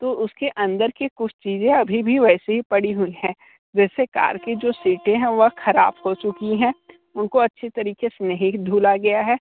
तो उस के अंदर के कुछ चीजें अभी भी वैसी ही पड़ी हुई हैं जैसे कार की जो सीटें हैं वह खराब हो चुकी हैं उनको अच्छी तरीके से नहीं धूला गया है